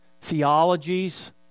theologies